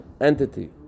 entity